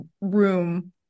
room